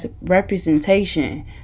representation